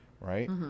right